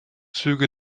züge